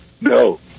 No